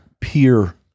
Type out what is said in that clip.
peer